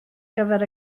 gyfer